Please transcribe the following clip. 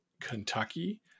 Kentucky